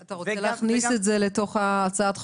אתה רוצה להכניס את זה לתוך הצעת החוק?